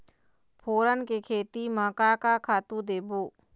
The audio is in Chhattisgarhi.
फोरन के खेती म का का खातू देबो?